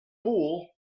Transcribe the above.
fool